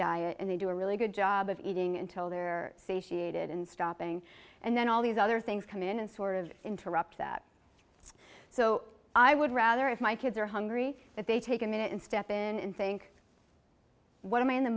diet and they do a really good job of eating until they're satiated and stopping and then all these other things come in and sort of interrupt that so i would rather if my kids are hungry that they take a minute and step in and think what am i in the